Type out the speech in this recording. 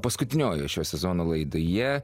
paskutiniojoj šio sezono laidoje